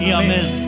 amen